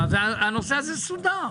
והנושא הזה סודר.